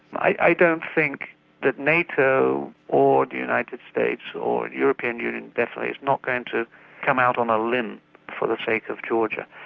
i don't think that nato or the united states or the european union definitely is not going to come out on a limb for the sake of georgia.